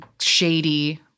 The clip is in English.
shady